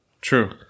true